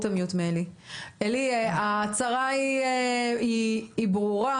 אם יהיה פחות תת תקינה,